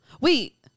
wait